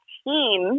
team